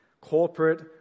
Corporate